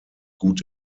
gut